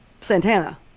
Santana